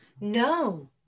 No